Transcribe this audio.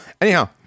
Anyhow